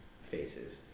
faces